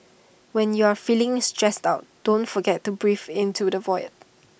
when you are feeling stressed out don't forget to breathe into the void